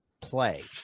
play